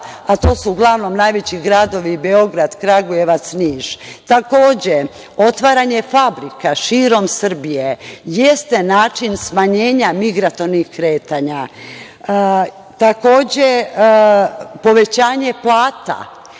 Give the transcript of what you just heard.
a to su uglavnom najveći gradovi: Beograd, Kragujevac i Niš. Takođe, otvaranje fabrika širom Srbije jeste način smanjenja migratornih kretanja. Povećanje plata,